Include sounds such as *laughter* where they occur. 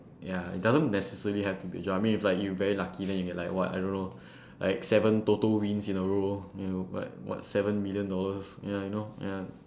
ya it doesn't necessarily have to be a job I mean if you like very lucky then you get like what I don't know *breath* like seven TOTO wins in a row you like what seven million dollars ya you know ya